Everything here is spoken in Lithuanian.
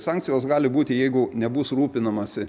sankcijos gali būti jeigu nebus rūpinamasi